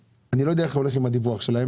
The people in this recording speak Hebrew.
אני לא יודע איך מתבצע הדיווח שלהם